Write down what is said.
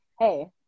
hey